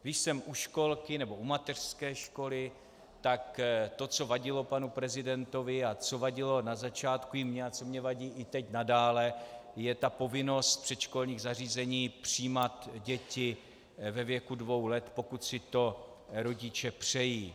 Když jsem u školky, nebo u mateřské školy, tak to, co vadilo panu prezidentovi a co vadilo na začátku i mně a co mi vadí i teď nadále, je ta povinnost předškolních zařízení přijímat děti ve věku dvou let, pokud si to rodiče přejí.